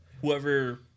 whoever